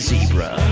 Zebra